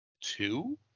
two